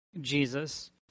Jesus